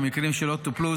ומקרים שלא טופלו,